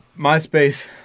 MySpace